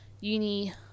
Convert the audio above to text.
uni